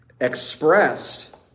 expressed